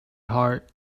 heart